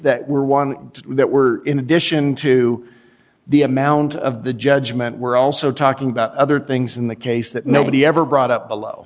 that we're one that we're in addition to the amount of the judgment we're also talking about other things in the case that nobody ever brought up below